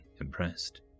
impressed